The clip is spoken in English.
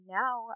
now